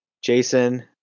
Jason